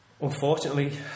unfortunately